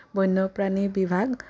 বন্য প্ৰাণী বিভাগ